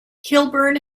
kilburn